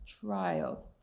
trials